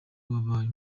wabaye